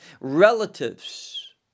relatives